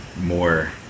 more